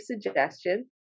suggestion